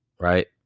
Right